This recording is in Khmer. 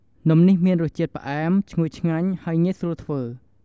នំនេះមានរសជាតិផ្អែម ឈ្ងុយឆ្ងាញ់ ហើយងាយស្រួលធ្វើ។